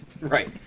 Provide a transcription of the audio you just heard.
Right